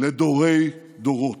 לדורי-דורות.